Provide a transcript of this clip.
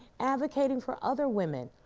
advocating for other women,